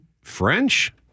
French-